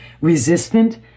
resistant